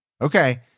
Okay